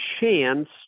chance